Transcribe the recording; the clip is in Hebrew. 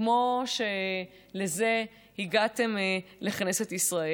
כמו שלזה הגעתם לכנסת ישראל.